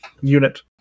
unit